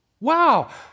wow